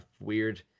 Weird